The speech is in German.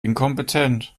inkompetent